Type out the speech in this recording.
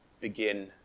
begin